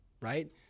right